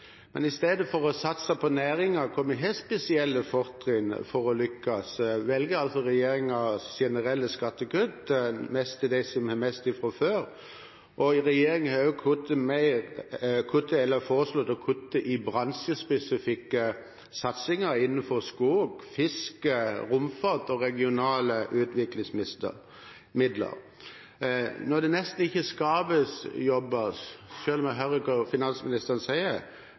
Men i stedet for å satse på næringer hvor vi har spesielle fortrinn for å lykkes, velger altså regjeringen generelle skattekutt, mest til dem som har mest fra før. Og regjeringen har også kuttet eller foreslått å kutte i bransjespesifikke satsinger – innenfor skog, fiske, romfart og regionale utviklingsmidler. Når det nesten ikke skapes jobber, selv om jeg hører hva finansministeren sier,